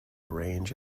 range